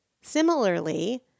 Similarly